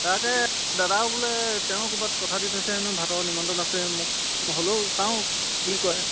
তাকে দাদাও বোলে তেওঁ ক'বাত কথা দি থৈছে হেনো ভাতৰ নিমন্ত্ৰণ আছে মোক হ'লেও চাওঁ কি কয়